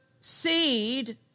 seed